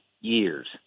years